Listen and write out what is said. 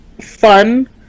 fun